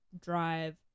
drive